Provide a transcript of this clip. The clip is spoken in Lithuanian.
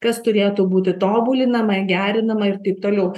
kas turėtų būti tobulinama gerinama ir taip toliau